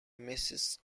mrs